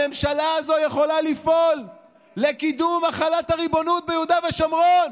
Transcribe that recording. הממשלה הזאת יכולה לפעול לקידום החלת הריבונות ביהודה ושומרון.